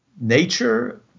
Nature